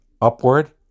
upward